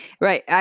right